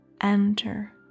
enter